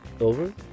Over